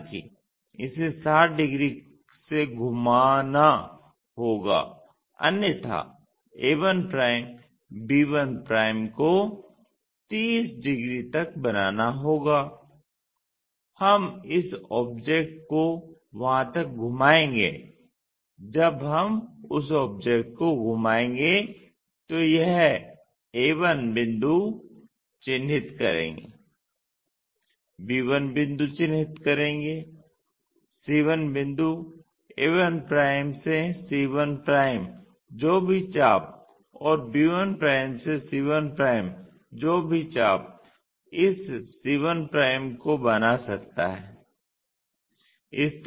हालाँकि इसे 60 डिग्री से घुमाना होगा अन्यथा a1b1 को 30 डिग्री तक बनाना होगा हम इस ऑब्जेक्ट को वहां तक घुमाएंगे जब हम उस ऑब्जेक्ट को घुमाएंगे तो यह a1 बिंदु चिन्हित करेंगे b1 बिंदु चिन्हित करेंगे c1 बिंदु a1 से c1 जो भी चाप और b1 से c1 जो भी चाप इस c1 को बना सकता है